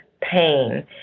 pain